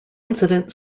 incident